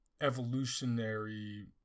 evolutionary